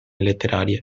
letterarie